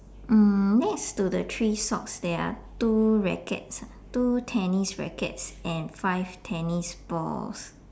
mm next to the three socks there are two rackets ah two tennis rackets and five tennis balls